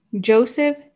Joseph